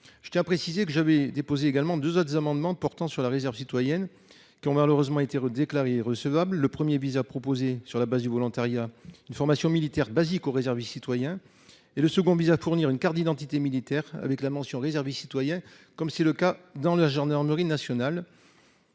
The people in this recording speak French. Je tiens à préciser que j'avais déposé également 2 autres amendements portant sur la réserve citoyenne qui ont malheureusement été rude déclarée recevable le 1er vise proposer sur la base du volontariat. Une formation militaire basique aux réserviste citoyen et le second vise à fournir une carte d'identité militaire avec la mention réservé citoyen comme c'est le cas dans la gendarmerie nationale.